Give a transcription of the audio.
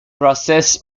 process